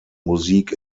musik